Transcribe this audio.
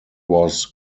was